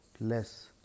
less